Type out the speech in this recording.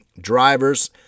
drivers